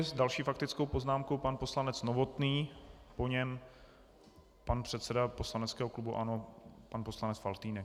S další faktickou poznámkou pan poslanec Novotný, po něm pan předseda poslaneckého klubu ANO pan poslanec Faltýnek.